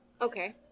Okay